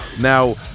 Now